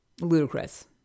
ludicrous